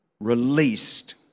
Released